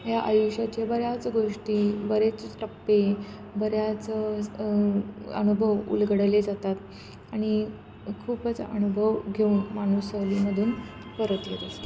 ह्या आयुष्याच्या बऱ्याच गोष्टी बरेच टप्पे बऱ्याच अनुभव उलगडले जातात आणि खूपच अनुभव घेऊन माणूस सहलीमधून परत येत असतो